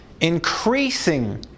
Increasing